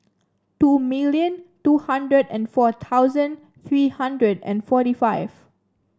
two million two hundred and four thousand three hundred and forty five